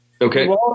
Okay